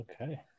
Okay